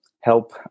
help